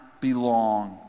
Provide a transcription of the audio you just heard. belong